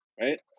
right